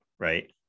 right